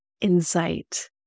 insight